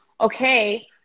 okay